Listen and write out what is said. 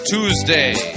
Tuesday